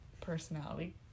personality